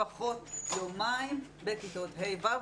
לפחות יומיים בכיתות ה'-ו'.